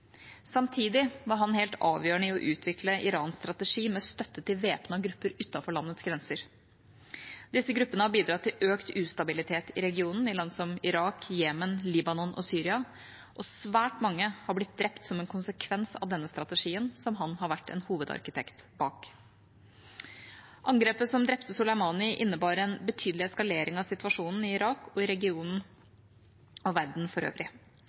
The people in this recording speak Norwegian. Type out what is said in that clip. Samtidig var han helt avgjørende i å utvikle Irans strategi med støtte til væpnede grupper utenfor landets grenser. Disse gruppene har bidratt til økt ustabilitet i regionen, i land som Irak, Jemen, Libanon og Syria. Svært mange har blitt drept som en konsekvens av denne strategien, som han har vært en hovedarkitekt bak. Angrepet som drepte Soleimani, innebar en betydelig eskalering av situasjonen i Irak, i regionen og i verden for øvrig.